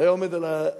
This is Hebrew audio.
הוא היה עומד על הגג